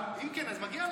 אם כן, אז מגיע לכם.